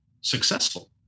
successful